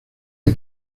que